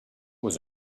was